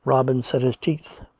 robin set his teeth.